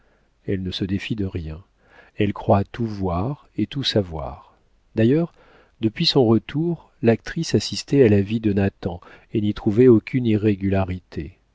elle ne se défie de rien elle croit tout voir et tout savoir d'ailleurs depuis son retour l'actrice assistait à la vie de nathan et n'y trouvait aucune irrégularité